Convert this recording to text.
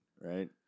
right